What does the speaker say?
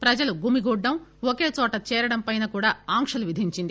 ప్రజలు గుమిగూడటం ఒకే చోట చేరడం పైనా ఆంక్షలు విధించింది